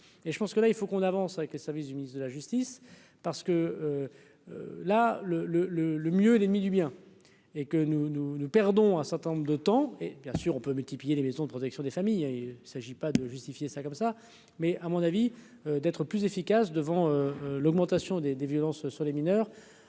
et je pense que là, il faut qu'on avance avec les services du ministre de la justice, parce que là le le le le mieux est l'ennemi du bien et que nous nous nous perdons un certain nombre de temps et, bien sûr, on peut multiplier les maisons de protection des familles, il s'agit pas de justifier ça comme ça, mais à mon avis, d'être plus efficace devant l'augmentation des des violences sur les mineurs